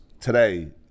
today